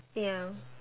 ya